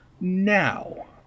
Now